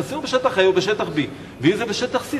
שישימו בשטח A או בשטח B. ואם זה בשטח C,